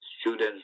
students